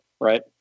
right